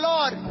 Lord